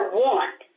want